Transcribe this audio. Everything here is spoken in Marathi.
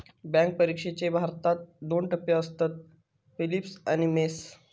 बॅन्क परिक्षेचे भारतात दोन टप्पे असतत, पिलिम्स आणि मेंस